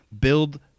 build –